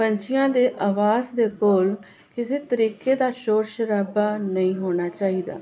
ਪੰਛੀਆਂ ਦੇ ਆਵਾਜ ਦੇ ਕੋਲ ਕਿਸੇ ਤਰੀਕੇ ਦਾ ਸ਼ੋਰ ਸ਼ਰਾਬਾ ਨਹੀਂ ਹੋਣਾ ਚਾਹੀਦਾ